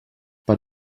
per